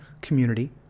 community